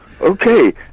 okay